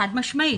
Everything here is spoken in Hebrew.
חד-משמעית.